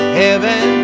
heaven